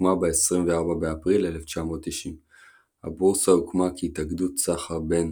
שהוקמה ב-24 באפריל 1990. הבורסה הוקמה כהתאגדות סחר בין